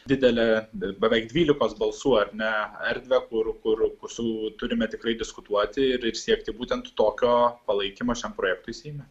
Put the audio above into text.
didelę bet beveik dvylikos balsų ar ne erdvę kur kur kur su turime tikrai diskutuoti ir siekti būtent tokio palaikymo šiam projektui seime